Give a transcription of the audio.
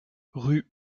rue